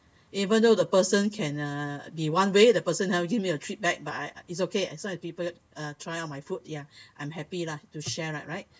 even though the person can uh be one way the person never give me a treat back but is okay as long as people try on my food ya I'm happy to share lah right